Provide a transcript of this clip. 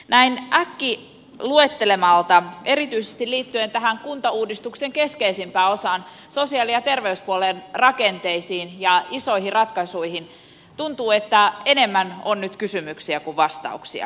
näin äkkiluettelemalta erityisesti liittyen tähän kuntauudistuksen keskeisimpään osaan sosiaali ja terveyspuolen rakenteisiin ja isoihin ratkaisuihin tuntuu että enemmän on nyt kysymyksiä kuin vastauksia